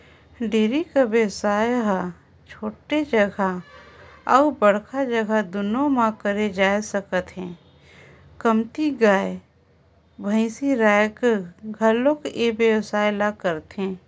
dairy कर बेवसाय ह छोटे जघा अउ बड़का जघा दूनो म करे जा सकत हे, कमती गाय, भइसी राखकर घलोक ए बेवसाय ल करथे